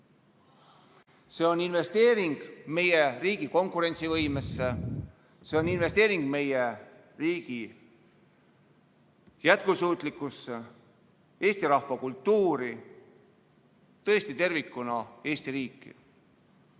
See on investeering meie riigi konkurentsivõimesse, see on investeering meie riigi jätkusuutlikkusse, Eesti rahvakultuuri, tõesti tervikuna Eesti riiki.